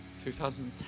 2010